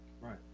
Right